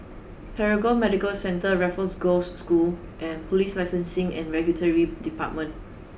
Paragon Medical Centre Raffles Girls' School and Police Licensing and Regulatory Department